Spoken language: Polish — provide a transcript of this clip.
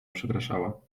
przepraszała